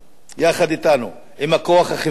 יחד אתנו, עם הכוח החברתי,